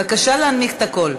בבקשה להנמיך את הקול.